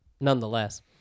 nonetheless